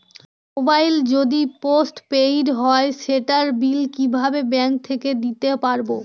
Mobile যদি post paid হয় সেটার বিল কিভাবে ব্যাংক থেকে দিতে পারব?